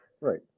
right